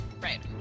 Right